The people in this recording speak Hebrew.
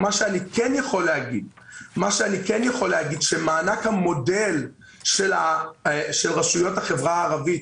מה שאני כן יכול להגיד זה שמענק המודל של רשויות החברה הערבית